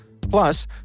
Plus